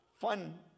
fun